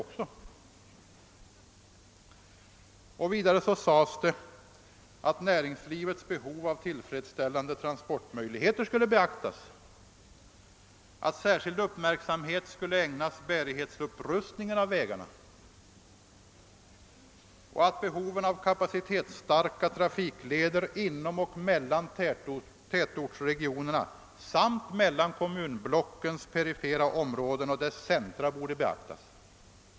Vidare sades det i direktiven att näringslivets behov av tillfredsställande transportmöjligheter skulle beaktas, att särskild uppmärksamhet skulle ägnas bärighetsupprustningen av vägarna och att behovet av kapacitetsstarka trafikleder inom och mellan tätortsregionerna samt mellan kommunblockens perifera områden och deras centra borde beaktas.